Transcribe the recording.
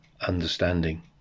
understanding